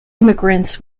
immigrants